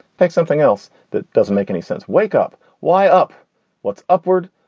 think something else that doesn't make any sense. wake up y up what's upward?